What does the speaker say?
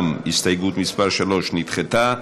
גם הסתייגות מס' 3 נדחתה.